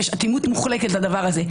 יש אטימות מוחלטת לדבר הזה,